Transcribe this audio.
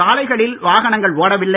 சாலைகளில் வாகனங்கள் ஓடவில்லை